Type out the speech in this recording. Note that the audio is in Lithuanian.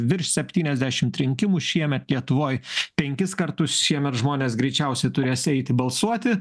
virš septyniasdešimt rinkimų šiemet lietuvoj penkis kartus šiemet žmonės greičiausiai turės eiti balsuoti